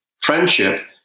friendship